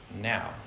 now